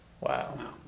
Wow